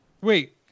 Wait